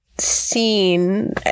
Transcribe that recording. seen